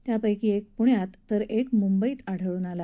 त्यापैकी एक पुण्यात तर एक मुंबईत आढळून आला